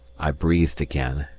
i breathed again,